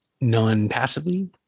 non-passively